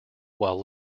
while